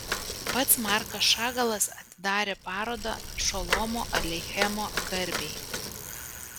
pats markas šagalas atidarė parodą šolomo aleichemo garbei